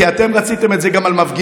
כי אתם רציתם את זה גם על מפגינים,